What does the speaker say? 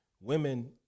women